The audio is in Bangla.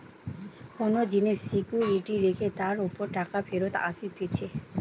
কোন জিনিস সিকিউরিটি রেখে তার উপর টাকা ফেরত আসতিছে